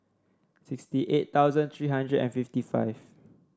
sixty eight thousand three hundred and fifty five